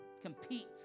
compete